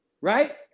Right